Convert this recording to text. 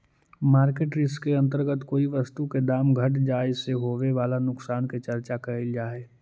market risk के अंतर्गत कोई वस्तु के दाम घट जाए से होवे वाला नुकसान के चर्चा कैल जा हई